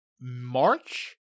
March